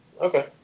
Okay